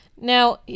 Now